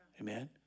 Amen